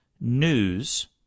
news